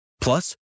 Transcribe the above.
Plus